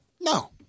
No